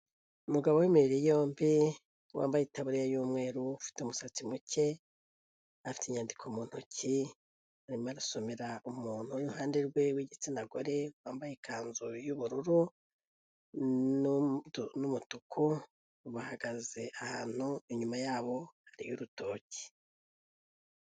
Umugabo w'imibiri yombi, wambaye itaburiya y'umweru ufite, umusatsi muke ,afite inyandiko mu ntoki hanyuma arasomera umuntu uri iruhande rwe rw'igitsina gore, wambaye ikanzu yubururu n'umutuku bahagaze ahantu inyuma yabo hari urutoki.